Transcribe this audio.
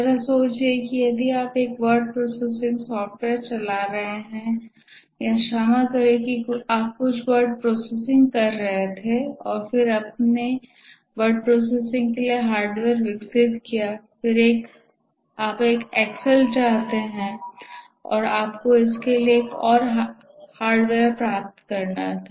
ज़रा सोचिए कि यदि आप एक वर्ड प्रोसेसिंग सॉफ्टवेयर चला रहे हैं या क्षमा करें कि आप कुछ वर्ड प्रोसेसिंग कर रहे थे और फिर आपने वर्ड प्रोसेसिंग के लिए हार्डवेयर विकसित किया फिर आप एक एक्सेल चाहते थे और आपको इसके लिए एक और हार्डवेयर प्राप्त करना था